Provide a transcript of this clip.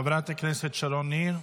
חברת הכנסת שרון ניר,